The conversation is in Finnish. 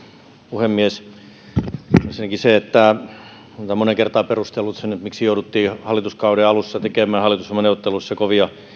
puhemies ensinnäkin olen moneen kertaan perustellut sen miksi jouduttiin hallituskauden alussa tekemään hallitusohjelmaneuvotteluissa kovia